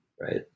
Right